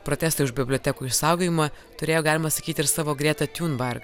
protestai už bibliotekų išsaugojimą turėjo galima sakyti ir savo gretą tiunbarg